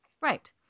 Right